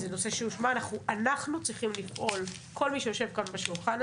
ואנחנו כוועדה